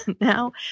now